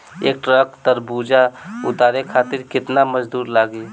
एक ट्रक तरबूजा उतारे खातीर कितना मजदुर लागी?